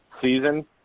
season